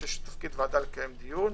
חושב שתפקיד הוועדה לקיים דיון.